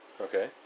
Okay